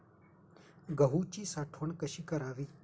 गहूची साठवण कशी करावी?